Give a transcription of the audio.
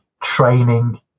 training